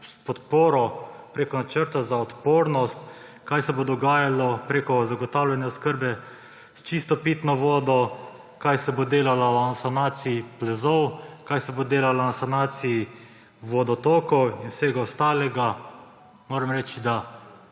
podporo preko Načrta za odpornost, kaj se bo dogajalo preko zagotavljanja oskrbe s čisto pitno vodo, kaj se bo dalo na sanaciji plazov, kaj se bo delalo na sanaciji vodotokov in vsega ostalega, moram reči, da